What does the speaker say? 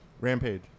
Rampage